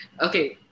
okay